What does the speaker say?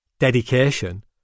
Dedication